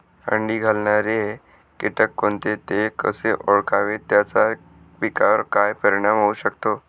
अंडी घालणारे किटक कोणते, ते कसे ओळखावे त्याचा पिकावर काय परिणाम होऊ शकतो?